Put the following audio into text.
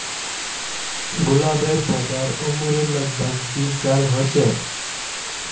गुलाबेर पौधार उम्र लग भग दी साल ह छे